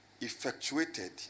effectuated